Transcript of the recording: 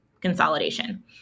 consolidation